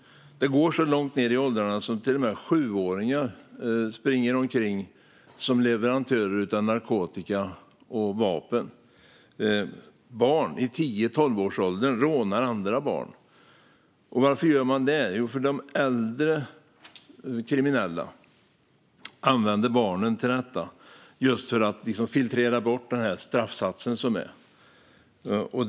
Det går långt ned i åldrarna. Till och med sjuåringar springer omkring som leverantörer av narkotika och vapen. Barn i tio till tolvårsåldern rånar andra barn. Varför gör de det? Jo, de äldre kriminella använder barnen till detta just för att filtrera bort den straffsats som finns.